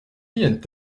vient